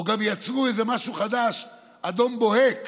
או גם יצרו איזה משהו חדש: אדום בוהק.